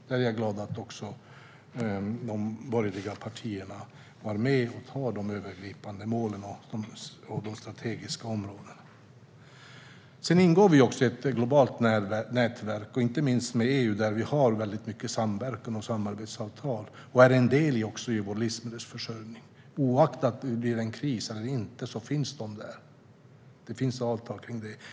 Jag är glad över att de borgerliga partierna var med om att ta fram de övergripande målen och de strategiska områdena. Vi ingår också i ett globalt nätverk, inte minst med EU, där vi har mycket samverkan och samarbetsavtal. Det är också en del i vår livsmedelsförsörjning. Oavsett om det blir en kris eller inte finns det avtal om detta.